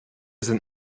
sind